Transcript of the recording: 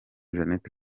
jeannette